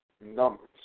numbers